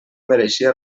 mereixia